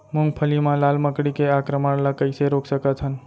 मूंगफली मा लाल मकड़ी के आक्रमण ला कइसे रोक सकत हन?